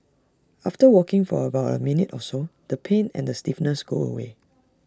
after walking for about A minute or so the pain and stiffness go away